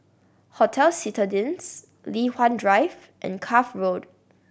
Hotel Citadines Li Hwan Drive and Cuff Road